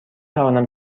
توانم